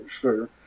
sure